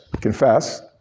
Confess